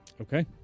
Okay